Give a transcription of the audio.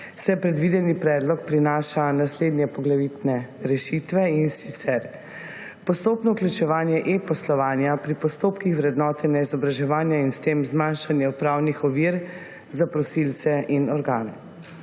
saj predvideni predlog prinaša naslednje poglavitne rešitve. Postopno vključevanje e-poslovanja pri postopkih vrednotenja izobraževanja in s tem zmanjšanje upravnih ovir za prosilce in organe.